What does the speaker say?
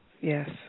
yes